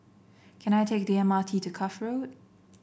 can I take the M R T to Cuff Road